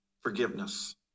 forgiveness